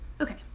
Okay